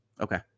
Okay